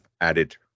added